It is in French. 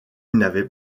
n’avait